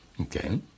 Okay